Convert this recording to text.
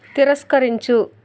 తిరస్కరించు